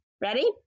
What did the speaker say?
Ready